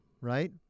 Right